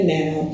now